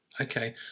Okay